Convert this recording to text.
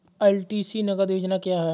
LTC नगद योजना क्या है?